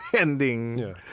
ending